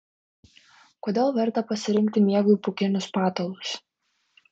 kodėl verta pasirinkti miegui pūkinius patalus